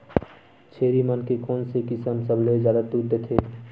छेरी मन के कोन से किसम सबले जादा दूध देथे?